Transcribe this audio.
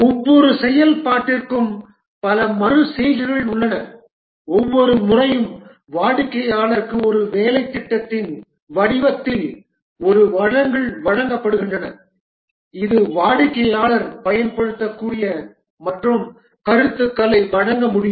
ஒவ்வொரு செயல்பாட்டிற்கும் பல மறு செய்கைகள் உள்ளன ஒவ்வொரு முறையும் வாடிக்கையாளருக்கு ஒரு வேலைத்திட்டத்தின் வடிவத்தில் ஒரு வழங்கல் வழங்கப்படுகிறது இது வாடிக்கையாளர் பயன்படுத்தக்கூடிய மற்றும் கருத்துக்களை வழங்க முடியும்